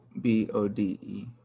b-o-d-e